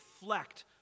reflect